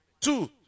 Two